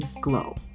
Glow